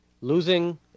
Losing